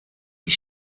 die